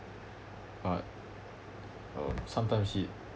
but um somethings it